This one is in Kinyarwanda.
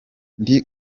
ndi